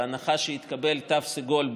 בהנחה שיתקבל תו סגול,